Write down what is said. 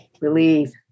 believe